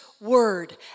word